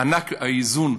מענק האיזון,